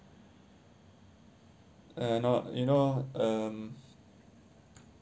uh not you know um